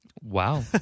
Wow